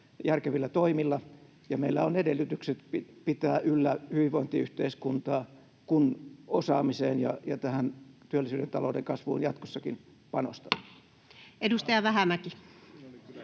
järkevillä toimilla, ja meillä on edellytykset pitää yllä hyvinvointiyhteiskuntaa, kun osaamiseen ja tähän työllisyyden ja talouden kasvuun jatkossakin panostamme. [Speech